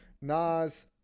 Nas